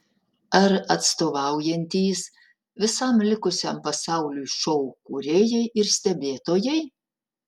ar atstovaujantys visam likusiam pasauliui šou kūrėjai ir stebėtojai